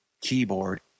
Keyboard